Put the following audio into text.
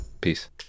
Peace